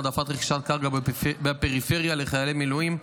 העדפת רכישת קרקע בפריפריה לחיילי מילואים),